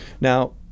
Now